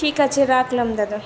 ঠিক আছে রাখলাম দাদা